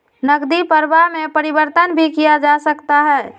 नकदी प्रवाह में परिवर्तन भी किया जा सकता है